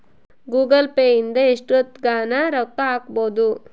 Google Pay ಇಂದ ಎಷ್ಟೋತ್ತಗನ ರೊಕ್ಕ ಹಕ್ಬೊದು